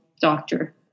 doctor